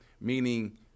Meaning